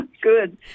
Good